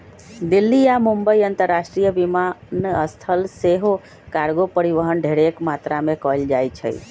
दिल्ली आऽ मुंबई अंतरराष्ट्रीय विमानस्थल से सेहो कार्गो परिवहन ढेरेक मात्रा में कएल जाइ छइ